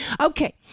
okay